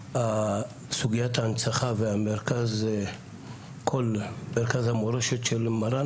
סוגיית ההנצחה וכל מרכז המורשת של מרן.